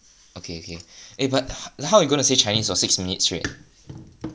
okay okay eh but h~ how you gonna say chinese for six minutes straight